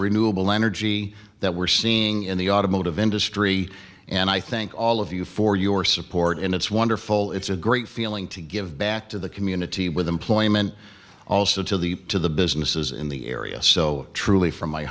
renewable energy that we're seeing in the automotive industry and i thank all of you for your support and it's wonderful it's a great feeling to give back to the community with employment also to the to the businesses in the area so truly from my